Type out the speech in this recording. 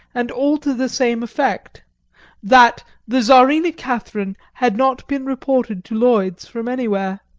and all to the same effect that the czarina catherine had not been reported to lloyd's from anywhere.